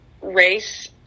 race